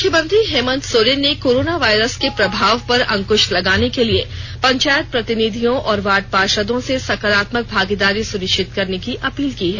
मुख्यमंत्री हेमंत सोरेन ने corona virus के प्रभाव पर अंकुष लगाने के लिए पंचायत प्रतिनिधियों और वार्ड पार्षदों से सकारात्मक भागीदारी सुनिष्चित करने की अपील की है